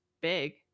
big